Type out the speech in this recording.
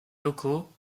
locaux